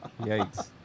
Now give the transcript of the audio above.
Yikes